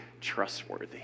trustworthy